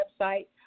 website